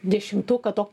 dešimtuką top